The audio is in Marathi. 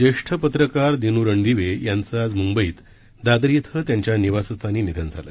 ज्येष्ठ पत्रकार दिनू रणदिवे यांच आज मुंबईत दादर इथं त्यांच्या निवासस्थानी निधन झालं